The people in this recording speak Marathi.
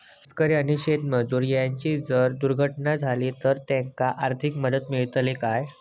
शेतकरी आणि शेतमजूर यांची जर दुर्घटना झाली तर त्यांका आर्थिक मदत मिळतली काय?